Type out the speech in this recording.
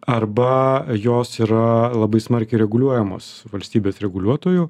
arba jos yra labai smarkiai reguliuojamos valstybės reguliuotojų